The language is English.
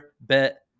bet